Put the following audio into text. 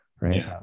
Right